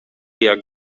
jak